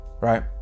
right